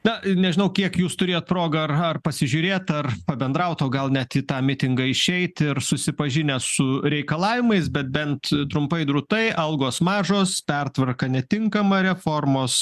na nežinau kiek jūs turėjot progą ar ar pasižiūrėt ar pabendrauti o gal net į tą mitingą išeit ir susipažinęs su reikalavimais bet bent trumpai drūtai algos mažos pertvarka netinkama reformos